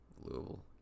Louisville